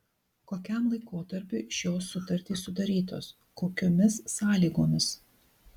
kokiam laikotarpiui šios sutartys sudarytos kokiomis sąlygomis